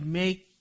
make